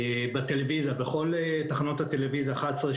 בכל תחנות הטלוויזיה 11,